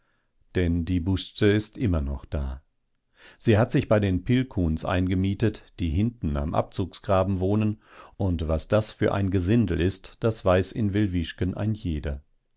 denn die busze ist immer noch da sie hat sich bei den pilkuhns eingemietet die hinten am abzugsgraben wohnen und was das für gesindel ist das weiß in wilwischken ein jeder